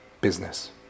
Business